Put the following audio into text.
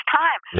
time